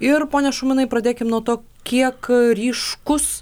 ir pone šumanai pradėkim nuo to kiek ryškus